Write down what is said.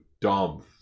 dumb